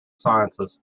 sciences